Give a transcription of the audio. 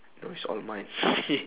no it's all mine